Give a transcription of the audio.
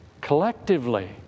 collectively